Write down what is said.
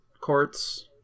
courts